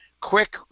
quick